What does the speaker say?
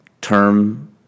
term